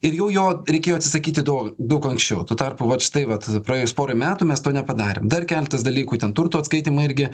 ir jau jo reikėjo atsisakyti dau daug anksčiau tuo tarpu vat štai vat praėjus porai metų mes to nepadarėm dar keletas dalykų ten turto atskaitymai irgi